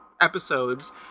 episodes